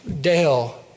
Dale